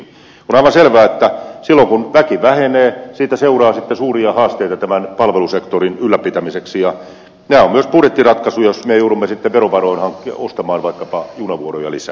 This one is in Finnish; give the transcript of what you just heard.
on aivan selvää että silloin kun väki vähenee siitä seuraa sitten suuria haasteita tämän palvelusektorin ylläpitämiseksi ja nämä ovat myös budjettiratkaisuja jos me joudumme sitten verovaroin ostamaan vaikkapa junavuoroja lisää